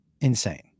insane